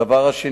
הסוג השני,